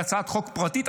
כהצעת חוק פרטית,